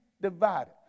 divided